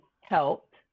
helped